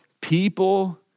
people